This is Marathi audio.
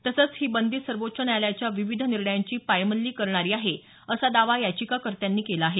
तसेच ही बंदी सर्वोच्च न्यायालयाच्या विविध निर्णयांची पायमल्ली करणारी आहे असा दावा याचिकाकत्यांनी केला आहे